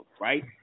right